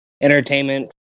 entertainment